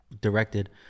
directed